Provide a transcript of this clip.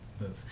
move